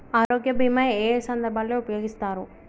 ఆరోగ్య బీమా ఏ ఏ సందర్భంలో ఉపయోగిస్తారు?